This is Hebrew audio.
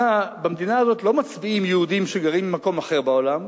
במדינה הזאת לא מצביעים יהודים שגרים במקום אחר בעולם,